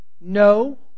No